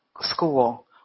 school